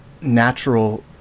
natural